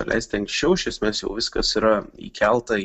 paleisti anksčiau iš esmės jau viskas yra įkelta